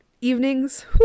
evenings